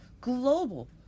global